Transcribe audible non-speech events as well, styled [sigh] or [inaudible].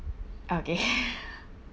okay [laughs]